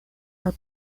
are